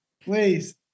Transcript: please